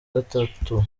gatatu